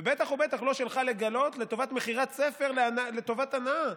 ובטח ובטח לא שלך לגלות לטובת מכירת ספר לטובת הנאה.